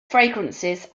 fragrances